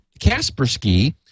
Kaspersky